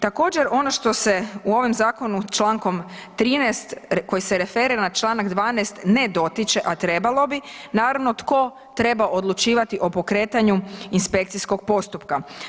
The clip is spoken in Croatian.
Također ono što se u ovom zakonu člankom 13. koji se referira na članak 12. ne dotiče, a trebalo bi naravno tko treba odlučivati o pokretanju inspekcijskog postupka.